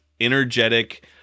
energetic